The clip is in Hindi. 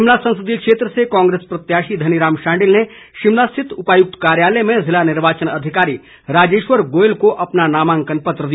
शिमला संसदीय क्षेत्र से कांग्रेस प्रत्याशी धनीराम शांडिल ने शिमला स्थित उपायुक्त कार्यालय में जिला निर्वाचन अधिकारी राजेश्वर गोयल को अपना नामांकन पत्र दिया